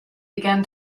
began